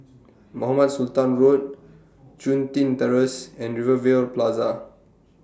Mohamed Sultan Road Chun Tin Terrace and Rivervale Plaza